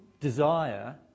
desire